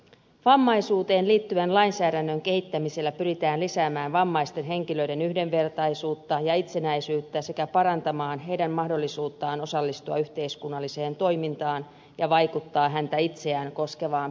vammaisuuteen liittyvän lainsäädännön kehittämisellä pyritään lisäämään vammaisten henkilöiden yhdenvertaisuutta ja itsenäisyyttä sekä parantamaan heidän mahdollisuuttaan osallistua yhteiskunnalliseen toimintaan ja vaikuttaa häntä itseään koskevaan päätöksentekoon